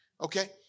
Okay